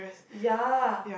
ya